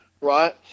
Right